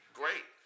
great